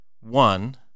one